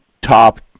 top